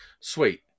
sweet